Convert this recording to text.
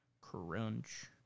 crunch